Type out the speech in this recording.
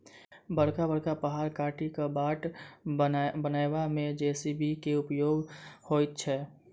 बड़का बड़का पहाड़ काटि क बाट बनयबा मे जे.सी.बी के उपयोग होइत छै